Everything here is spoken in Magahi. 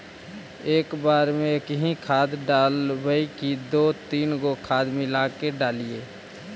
एक बार मे एकही खाद डालबय की दू तीन गो खाद मिला के डालीय?